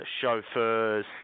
chauffeurs